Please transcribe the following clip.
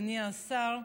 אדוני השר,